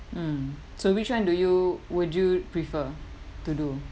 mm so which one do you would you prefer to do